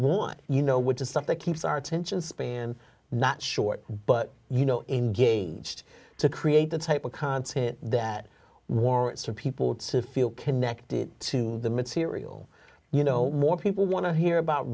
want you know which is something keeps our attention span not short but you know engaged to create the type of content that warrants for people to feel connected to the material you know more people want to hear about